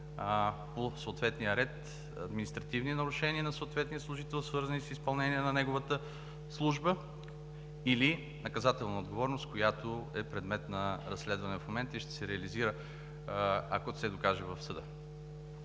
по съответния ред административни нарушения на съответния служител, свързани с изпълнение на неговата служба, или наказателна отговорност, която е предмет на разследване в момента и ще се реализира, ако се докаже в съда.